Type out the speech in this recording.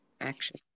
action